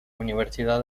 universidad